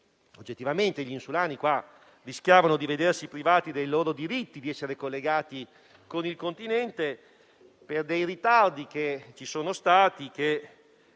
Oggettivamente gli insulani rischiavano di vedersi privati del loro diritto di essere collegati con il Continente per i ritardi che ci sono stati